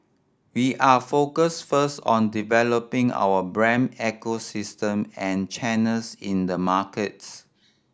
we are focused first on developing our brand ecosystem and channels in the markets